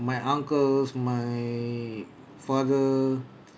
my uncles my father